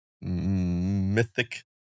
mythic